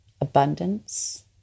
abundance